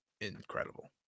incredible